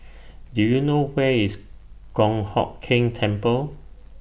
Do YOU know Where IS Kong Hock Keng Temple